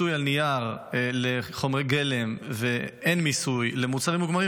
מיסוי הנייר לחומרי גלם ואין מיסוי למוצרים מוגמרים,